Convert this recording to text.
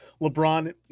LeBron